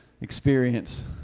experience